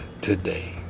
Today